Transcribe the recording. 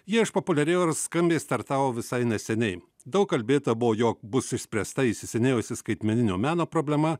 jie išpopuliarėjo ir skambiai startavo visai neseniai daug kalbėta buvo jog bus išspręsta įsisenėjusi skaitmeninio meno problema